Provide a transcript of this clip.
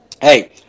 hey